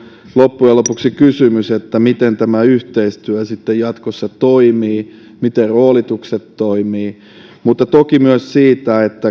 loppujen lopuksi kysymys miten tämä yhteistyö sitten jatkossa toimii miten roolitukset toimivat mutta toki myös siitä